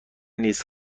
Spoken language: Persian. نیست